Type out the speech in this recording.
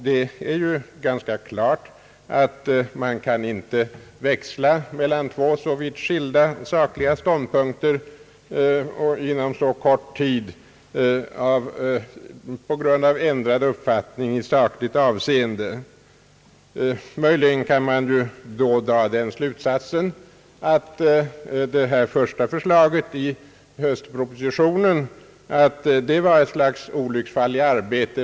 Det är ju ganska klart, att man inte kan växla mellan två så vitt skilda sakliga ståndpunkter inom så kort tid på grund av ändrad uppfattning i sakligt avseende. Möjligen kan man då dra den slutsatsen, att det första förslaget i höstpropositionen var ett slags olycksfall i arbetet.